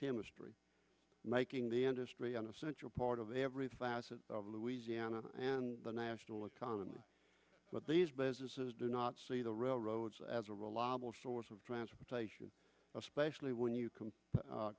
chemistry making the industry an essential part of every facet of louisiana and the national economy but these businesses do not see the railroads as a reliable source of transportation especially when you can